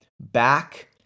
back